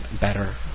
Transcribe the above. better